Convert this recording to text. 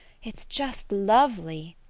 it's just lovely,